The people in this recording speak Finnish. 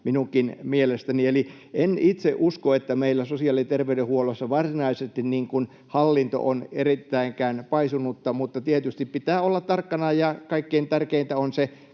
minunkin mielestäni. Eli en itse usko, että meillä sosiaali- ja terveydenhuollossa varsinaisesti hallinto on erityisesti paisunutta, mutta tietysti pitää olla tarkkana, ja kaikkein tärkeintä on se